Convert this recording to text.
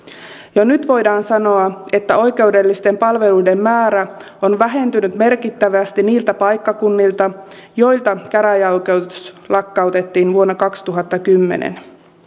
jo nyt voidaan sanoa että oikeudellisten palveluiden määrä on vähentynyt merkittävästi niiltä paikkakunnilta joilta käräjäoikeus lakkautettiin vuonna kaksituhattakymmenen